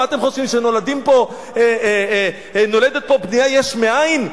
מה אתם חושבים, שנולדת פה בנייה יש מאין?